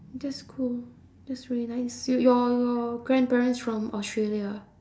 just cool that's very nice y~ your grandparents from australia ah